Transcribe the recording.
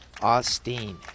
Austin